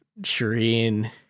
Shireen